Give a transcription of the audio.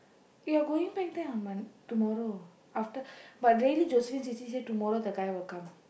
you're going back there on mon~ tomorrow after but really Josephine சித்தி:siththi say tomorrow the guy will come